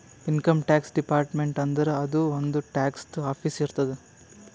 income tax department ಅಂದುರ್ ಅದೂ ಒಂದ್ ಟ್ಯಾಕ್ಸದು ಆಫೀಸ್ ಇರ್ತುದ್